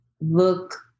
look